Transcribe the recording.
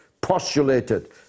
postulated